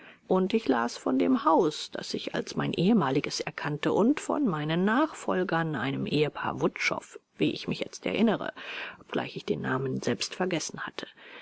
und ich las von dem haus das ich als mein ehemaliges erkannte und von meinen nachfolgern einem ehepaar wutschow wie ich mich jetzt erinnere obgleich ich den namen selbst vergessen hatte